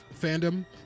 Fandom